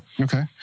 Okay